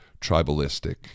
tribalistic